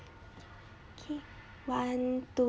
okay one two